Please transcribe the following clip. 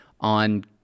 on